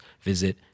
visit